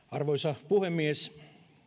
arvoisa puhemies